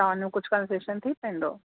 तव्हांजो कुझु कंसेशन थी पाईंदो